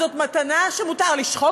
אז זאת מתנה שמותר לשחוק?